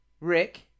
Rick